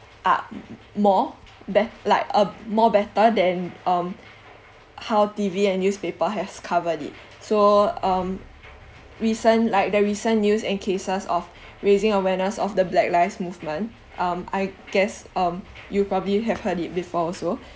ah more bet~ like uh more better than um how T_V and newspaper has covered it so um recent like the recent news and cases of raising awareness of the black lives movement um I guess um you probably have heard it before also